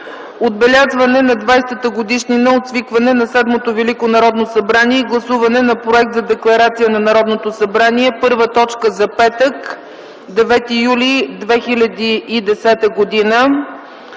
Отбелязване на 20-та годишнина от свикването на VІІ Велико Народно събрание и гласуване на проект за декларация на Народното събрание – първа точка за петък, 9 юли 2010 г.